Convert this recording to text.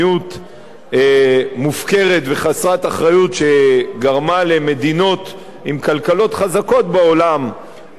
מופקרת וחסרת אחריות שגרמה למדינות עם כלכלות חזקות בעולם לקרוס,